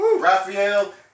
Raphael